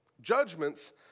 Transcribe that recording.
Judgments